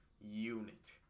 unit